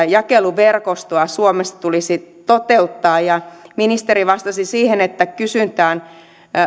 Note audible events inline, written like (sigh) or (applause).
(unintelligible) jakeluverkosto suomessa tulisi toteuttaa ja ministeri vastasi siihen että kysyntään